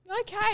Okay